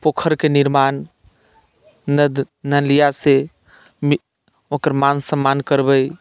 पोखरिके निर्माण नद नलियासँ ओकर मान सम्मान करबै